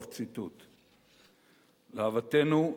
להוותנו,